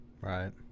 Right